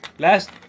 Last